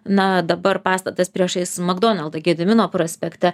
na dabar pastatas priešais makdonaldą gedimino prospekte